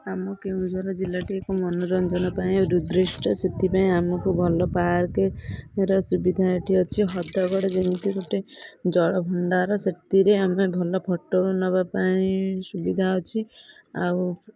ଆମ କେଉଁଝର ଜିଲ୍ଲାଟି ଏକ ମନୋରଞ୍ଜନ ପାଇଁ ଉଦ୍ଦିଷ୍ଟ ସେଥିପାଇଁ ଆମକୁ ଭଲ ପାର୍କର ସୁବିଧା ଏଠି ଅଛି ହଦଗଡ଼ ଯେମିତି ଗୋଟେ ଜଳଭଣ୍ଡାର ସେଥିରେ ଆମ ଭଲ ଫଟୋ ନେବା ପାଇଁ ସୁବିଧା ଅଛି ଆଉ